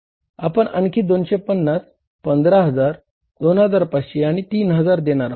आपण आणखी 250 15000 2500 आणि 3000 देणार आहोत